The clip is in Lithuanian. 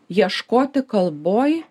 ieškoti kalboj